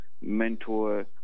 mentor